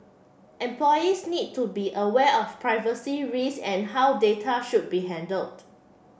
employees need to be aware of privacy risks and how data should be handled